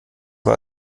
war